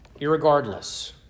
Irregardless